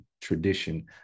tradition